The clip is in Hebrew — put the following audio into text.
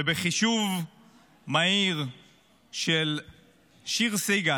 ובחישוב מהיר של שיר סיגל,